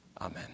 Amen